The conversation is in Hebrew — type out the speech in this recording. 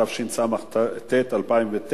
התשס"ט 2009,